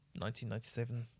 1997